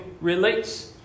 relates